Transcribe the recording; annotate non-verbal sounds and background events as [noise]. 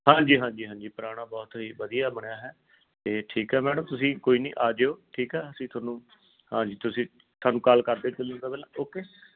ਹਾਂਜੀ ਹਾਂਜੀ ਹਾਂਜੀ ਪੁਰਾਣਾ ਬਹੁਤ ਜੀ ਵਧੀਆ ਬਣਿਆ ਹੈ ਅਤੇ ਠੀਕ ਆ ਮੈਡਮ ਤੁਸੀਂ ਕੋਈ ਨਹੀਂ ਆਜਿਓ ਠੀਕ ਆ ਅਸੀਂ ਤੁਹਾਨੂੰ ਹਾਂਜੀ ਤੁਸੀਂ ਤੁਹਾਨੂੰ ਕਾਲ ਕਰਦੇ [unintelligible] ਓਕੇ